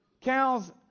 Cows